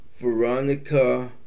Veronica